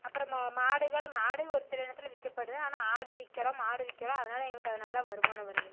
அப்புறம் மாடுகள் மாடுகள் ஒரு சில நேரத்தில் விற்கப்படுது ஆனால் ஆடு விற்கிறோம் மாடு விற்கிறோம் அதனால எங்களுக்கு அது நல்ல வருமானம் வருது